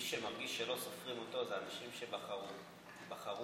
מי שמרגישים שלא סופרים אותם זה אנשים שבחרו מחל,